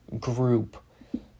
group